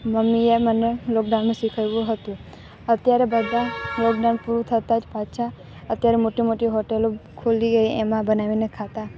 મમ્મીએ મને લોકડાઉનમાં શીખવ્યું હતું અત્યારે બધા લોકડાઉન પૂરું થતાં જ પાછા અત્યારે મોટી મોટી હોટલો ખૂલી એમા બનાવીને ખાતા